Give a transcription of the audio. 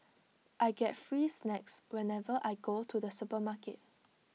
I get free snacks whenever I go to the supermarket